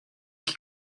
que